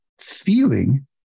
feeling